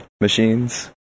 machines